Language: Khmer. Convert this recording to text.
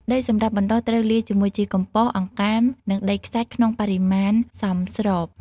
ដីសម្រាប់បណ្តុះត្រូវលាយជាមួយជីកំប៉ុស្ត អង្កាម និងដីខ្សាច់ក្នុងសមាមាត្រសមស្រប។